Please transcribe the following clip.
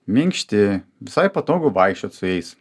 minkšti visai patogu vaikščiot su jais